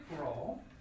roll